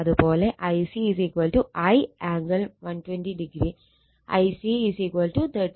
അതേ പോലെ Ic I angle 120o Ic 33